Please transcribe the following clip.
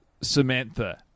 Samantha